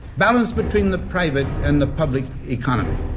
balance between the private and the public economy,